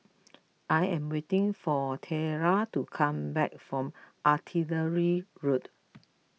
I am waiting for Tella to come back from Artillery Road